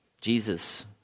Jesus